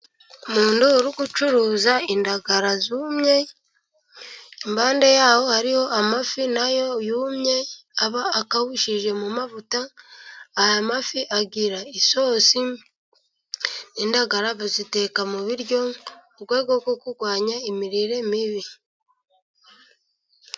Umuntu uri gucuruza indagara zumye, impande yaho hariho amafi na yo yumye, aba akawushije mu mavuta, aya mafi agira isosi, indagara baziteka mu biryo mu rwego rwo kurwanya imirire mibi.